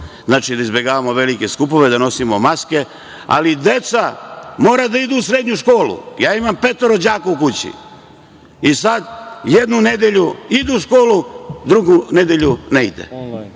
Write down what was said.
Znači, da izbegavamo velike skupove, da nosimo maske, ali deca moraju da idu u srednju školu. Imam petoro đaka u kući, jednu nedelju idu u školu, drugu nedelju ne idu.